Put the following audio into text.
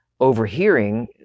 overhearing